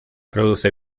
produce